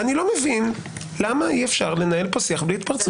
אני לא מבין למה אי-אפשר לנהל פה שיח בלי התפרצות?